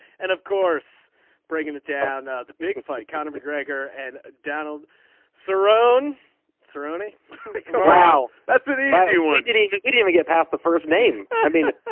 and of course breaking it down the big fight. kind of mcgregor and donald sorokin so rooney wow that's an easy one. did he ever get past the first name. i mean.